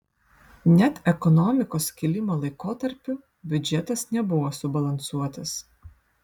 net ekonomikos kilimo laikotarpiu biudžetas nebuvo subalansuotas